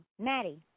Maddie